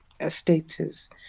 status